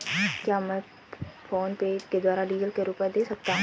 क्या मैं फोनपे के द्वारा डीज़ल के रुपए दे सकता हूं?